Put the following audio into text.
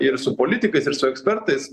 ir su politikais ir su ekspertais